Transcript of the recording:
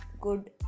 good